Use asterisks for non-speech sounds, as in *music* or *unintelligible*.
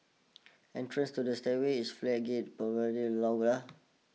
entrances to the stairway is flat gated *unintelligible*